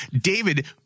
David